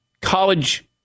college